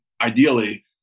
Ideally